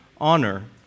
honor